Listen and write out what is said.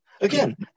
Again